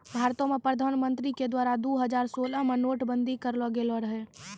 भारतो मे प्रधानमन्त्री के द्वारा दु हजार सोलह मे नोट बंदी करलो गेलो रहै